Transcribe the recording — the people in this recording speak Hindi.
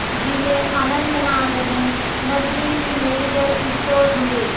ज़िले अनंतनाग में नजदीकी मेडिकल स्टोर ढूँढें